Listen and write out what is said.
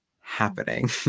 happening